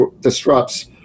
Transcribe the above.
disrupts